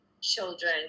children